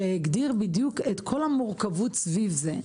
שהגדיר בדיוק את כל המורכבות סביב זה.